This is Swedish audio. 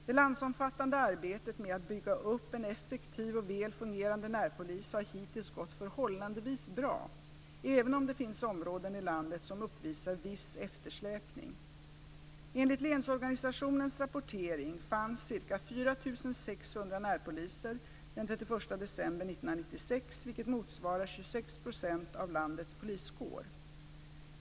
Det landsomfattande arbetet med att bygga upp en effektiv och väl fungerande närpolis har hittills gått förhållandevis bra, även om det finns områden i landet som uppvisar viss eftersläpning. 4 600 närpoliser den 31 december 1996, vilket motsvarar 26 % av landets poliskår.